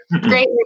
Great